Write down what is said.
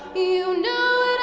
you know